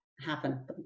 happen